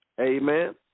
amen